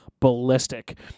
ballistic